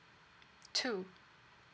two